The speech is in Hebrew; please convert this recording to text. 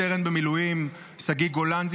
רב-סרן במילואים שגיא גולן,